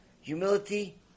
humility